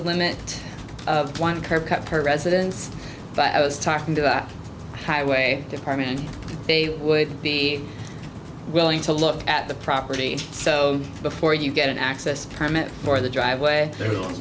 limit of her residence but i was talking to the highway department and they would be willing to look at the property so before you get an access permit for the driveway